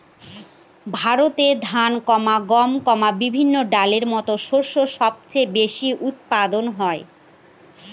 ভারতে ধান, গম, বিভিন্ন ডালের মত শস্য সবচেয়ে বেশি উৎপাদন হয়